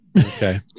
Okay